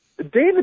David